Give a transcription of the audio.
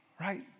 right